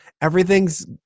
everything's